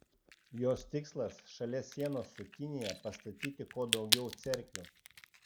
jos tikslas šalia sienos su kinija pastatyti kuo daugiau cerkvių